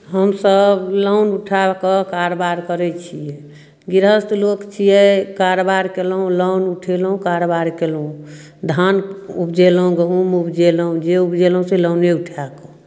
हमसभ लोन उठा कऽ कारोबार करै छियै गिरहस्त लोक छियै कारबार कयलहुँ लोन उठेलहुँ कारबार कयलहुँ धान उपजेलहुँ गहुम उपजेलहुँ जे उपजेलहुँ से लोने उठाए कऽ